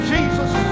Jesus